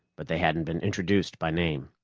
but they hadn't been introduced by name.